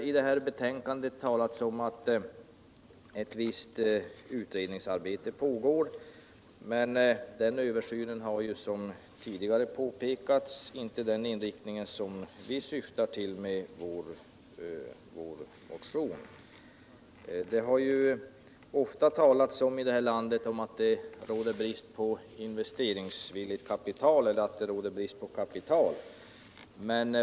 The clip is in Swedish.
I det här betänkandet har det talats om att ett visst utredningsarbete pågår, men den översynen har, som tidigare påpekats, inte den inriktning vi åsyftar i vår motion. I det här landet har det ju ofta talats om att det är brist på kapital.